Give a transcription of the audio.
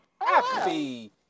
happy